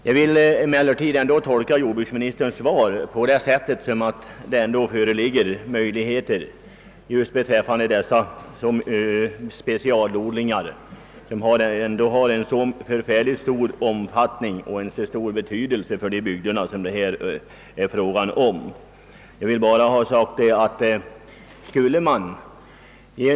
Jag vill emellertid ändå tolka jordbruksministerns svar så, att det föreligger möjlighet att erhålla försök beträffande dessa specialodlingar, som har stor omfattning och stor betydelse för de bygder det är fråga om.